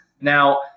Now